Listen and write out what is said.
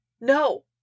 No